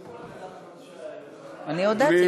מגיע?